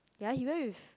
ya he went with